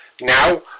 Now